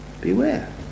Beware